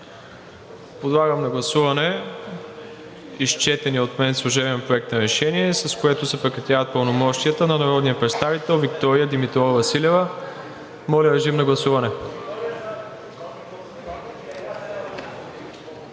Подлагам на гласуване изчетения от мен служебен проект на решение, с което се прекратяват пълномощията на народния представител Виктория Димитрова Василева. Гласували